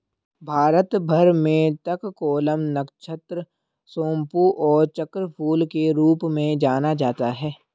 भारत भर में तककोलम, नक्षत्र सोमपू और चक्रफूल के रूप में जाना जाता है